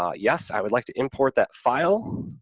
um yes, i would like to import that file,